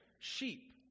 Sheep